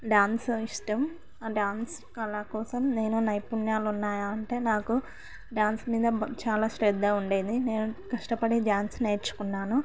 dance ఇష్టం dance కళ కోసం నేను నైపుణ్యాలు ఉన్నాయా అంటే నాకు డ్యాన్స్ మీద చాలా శ్రద్ధ ఉండేది నేను కష్టపడే డ్యాన్స్ నేర్చుకున్నాను